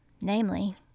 namely